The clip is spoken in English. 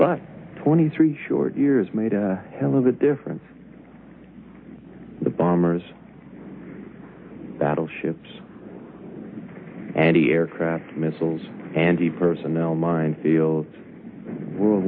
but twenty three short years made a hell of a difference the bombers battleships anti aircraft missiles and the personal minefield world